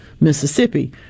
Mississippi